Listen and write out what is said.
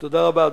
תודה רבה.